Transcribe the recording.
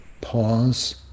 pause